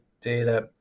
data